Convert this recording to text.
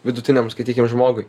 vidutiniam skaitykim žmogui